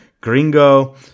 Gringo